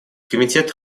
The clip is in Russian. комитет